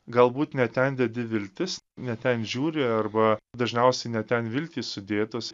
galbūt ne ten dedi viltis ne ten žiūri arba dažniausiai ne ten viltys sudėtos